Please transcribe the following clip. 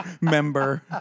Member